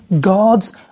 God's